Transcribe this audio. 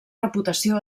reputació